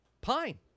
Pine